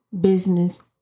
business